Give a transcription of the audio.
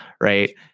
right